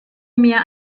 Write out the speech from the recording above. mir